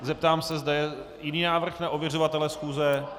Zeptám se, zda je jiný návrh na ověřovatele schůze.